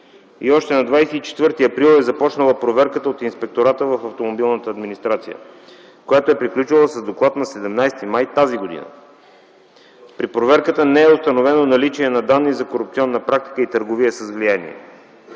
и още на 24 април е започнала проверката от Инспектората в автомобилната администрация, която е приключила с доклад на 17 май т.г. При проверката не е установено наличие на данни за корупционна практика и търговия с влияние.